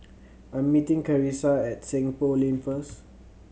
I'm meeting Carissa at Seng Poh Lane first